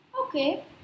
Okay